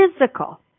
physical